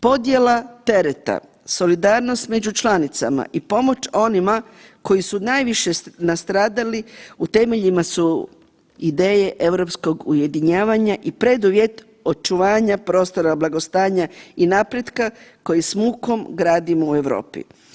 Podjela tereta, solidarnost među članicama i pomoć onima koji su najviše nastradali u temeljima su ideje europskog ujedinjavanja i preduvjet očuvanja prostora blagostanja i napretka koji s mukom gradimo u Europi.